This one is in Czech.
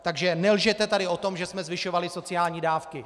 Takže nelžete tady o tom, že jsme zvyšovali sociální dávky!